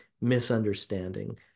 misunderstanding